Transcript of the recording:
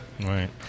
Right